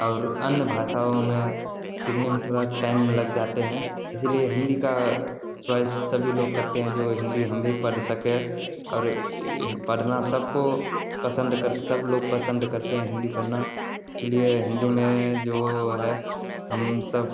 और अन्य भाषाओं में सीखने में थोड़ा टाइम लग जाता है इसलिए हिन्दी की चॉइस सभी लोग करते हैं जो हिन्दी हम भी पढ़ सकें और पढ़ना सबको पसंद कर सब लोग पसंद करते हैं हिन्दी पढ़ना इसीलिए हिन्दी में जो है हम सब